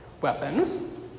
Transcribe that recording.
weapons